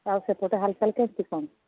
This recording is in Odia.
ଆଉ ସେପଟେ ହାଲ୍ଚାଲ୍ କେମିତି କ'ଣ